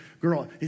girl